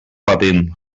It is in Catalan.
patim